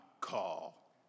call